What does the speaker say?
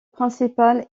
principal